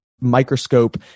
microscope